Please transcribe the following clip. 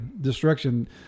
destruction